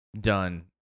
done